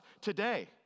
today